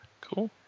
Cool